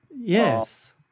Yes